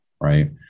right